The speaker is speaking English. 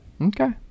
Okay